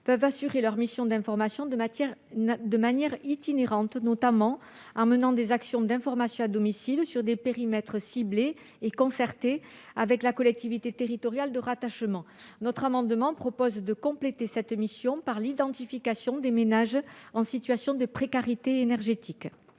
peuvent « assurer leur mission d'information de manière itinérante, notamment en menant des actions d'information à domicile, sur des périmètres ciblés et concertés avec la collectivité territoriale de rattachement. » Notre amendement vise à compléter cette mission en y intégrant l'identification des ménages en situation de précarité énergétique.